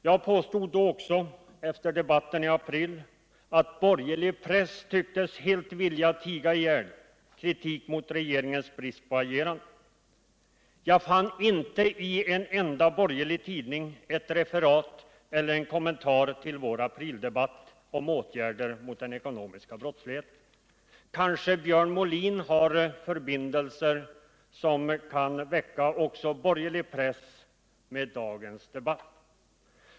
Jag påstod efter debatten i april också att borgerlig press tycktes vilja tiga ihjäl kritik mot regeringens brist på agerande. Jag fann då inte i en enda borgerlig tidning ett referat eller en kommentar till vår aprildebatt om åtgärder mot den ekonomiska brottsligheten. Kanske Björn Molin har förbindelser som kan väcka också borgerlig press med dagens debatt?